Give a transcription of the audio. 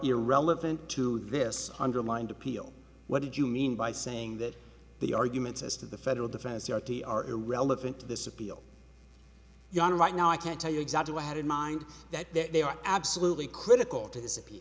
irrelevant to this underlined appeal what did you mean by saying that the arguments as to the federal defense r t are irrelevant to this appeal ya know right now i can't tell you exactly what i had in mind that that they are absolutely critical to this appea